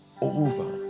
Over